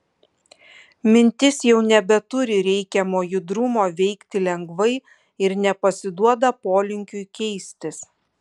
mintis jau nebeturi reikiamo judrumo veikti lengvai ir nepasiduoda polinkiui keistis